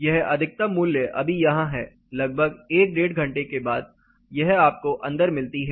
यह अधिकतम मूल्य अभी यहां है लगभग एक डेढ़ घंटे के बाद यह आपको अंदर मिलती है